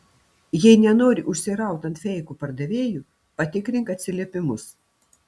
jei nenori užsiraut ant feikų pardavėjų patikrink atsiliepimus